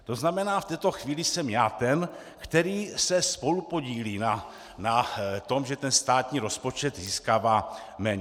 To znamená, v této chvíli jsem já ten, který se spolupodílí na tom, že ten státní rozpočet získává méně.